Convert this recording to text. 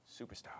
Superstar